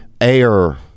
air